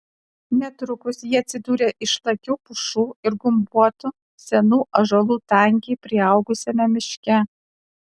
netrukus jie atsidūrė išlakių pušų ir gumbuotų senų ąžuolų tankiai priaugusiame miške